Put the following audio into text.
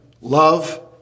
love